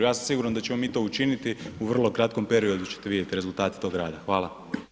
Ja sam siguran da ćemo mi to učiniti, u vrlo kratkom periodu ćete vidjeti rezultate tog rada, hvala.